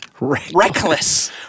reckless